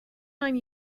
time